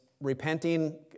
repenting